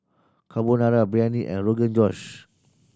Carbonara Biryani and Rogan Josh